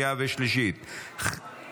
31 בעד, חמישה מתנגדים, ארבעה נמנעים.